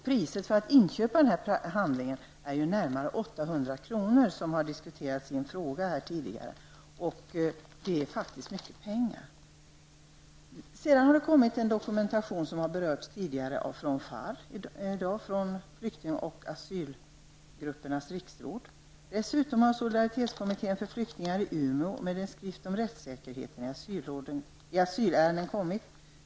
Priset för handlingen är närmare 800 kr., vilket har diskuterats i en fråga tidigare. Det är faktiskt mycket pengar. Som har berörts tidigare har det kommit en dokumentation från FARR, Flykting och asylgruppernas riksråd. Dessutom har solidarietetskommittén för flyktingar i Umeå kommit ut med en skrift om rättssäkerheten i asylärenden.